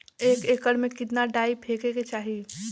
एक एकड़ में कितना डाई फेके के चाही?